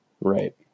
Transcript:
Right